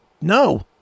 No